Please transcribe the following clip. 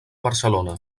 barcelona